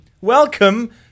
welcome